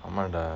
ஆமாம்:aamaam dah